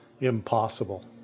impossible